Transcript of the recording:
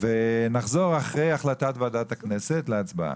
נחזור אחרי החלטת ועדת הכנסת להצבעה.